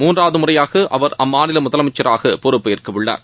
மூன்றாவது முறையாக அவர் அம்மாநில முதலமைச்சராக பொறுப்பேற்க உள்ளார்